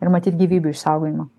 ir matyt gyvybių išsaugojimą